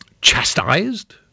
chastised